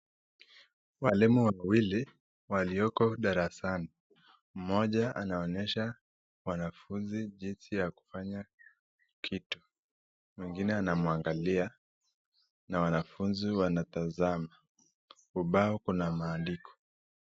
Walimu wawili walioko darasani ,mmoja anaonyesha wanafunzi jinsi yakufanya kitu ,mwingine anamuangalia na wanafunzi wanatazama ubao kuna maandiko.